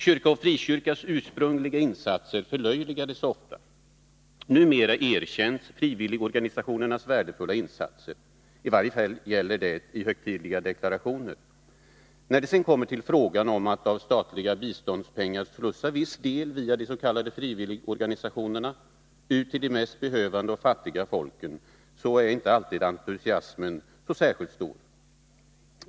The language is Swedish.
Kyrkans och frikyrkans ursprungliga insatser förlöjligades ofta. Numera erkänns frivilligorganisationernas värdefulla insatser. I varje fall gäller det i högtidliga deklarationer. När det sedan kommer till frågan om att av statliga biståndspengar slussa viss del via de s.k. frivilligorganisationerna ut till de mest behövande och fattiga folken, är inte alltid entusiasmen särskilt stor.